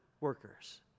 workers